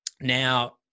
Now